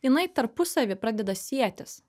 jinai tarpusavy pradeda sietis